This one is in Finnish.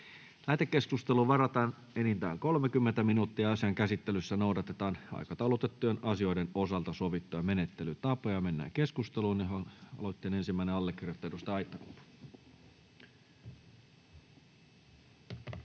Lähetekeskusteluun varataan enintään 30 minuuttia. Asian käsittelyssä noudatetaan aikataulutettujen asioiden osalta sovittuja menettelytapoja. — Mennään keskusteluun. Aloitteen ensimmäinen allekirjoittaja,